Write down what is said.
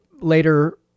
later